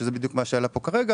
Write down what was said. שזה בדיוק מה שעלה פה כרגע.